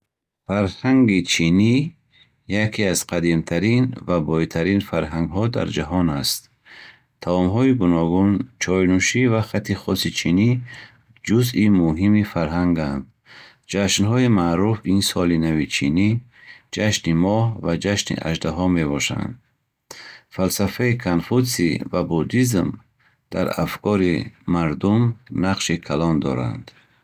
Фарҳанги Чин яке аз қадимтарин ва бойтарин фарҳангҳо дар ҷаҳон аст. Таомҳои гуногун, чойнӯшӣ ва хати хоси чинӣ ҷузъи муҳими фарҳанганд. Ҷашнҳои маъруф ин Соли нави чинӣ, Ҷашни Моҳ ва Ҷашни Аждаҳо мебошанд. Фалсафаи Канфутсий ва буддизм дар афкори мардум нақши калон доранд.